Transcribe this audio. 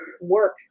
work